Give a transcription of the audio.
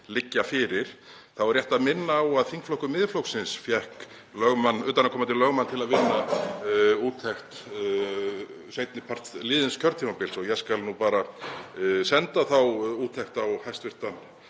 liggja fyrir, er rétt að minna á að þingflokkur Miðflokksins fékk utanaðkomandi lögmann til að vinna úttekt seinni part liðins kjörtímabils og ég skal bara senda þá úttekt á hæstv.